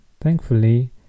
Thankfully